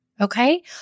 okay